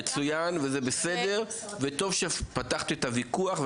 מצוין, טוב שפתחת את הוויכוח.